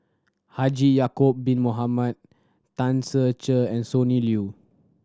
Haji Ya'acob Bin Mohamed Tan Ser Cher and Sonny Liew